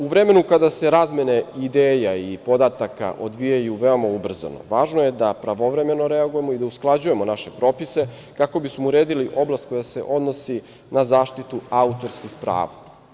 U vremenu kada se razmene ideja i podataka odvijaju veoma ubrzano važno je da pravovremeno reagujemo i da usklađujemo naše propise, kako bismo uredili oblast koja se odnosi na zaštitu autorskih prava.